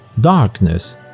darkness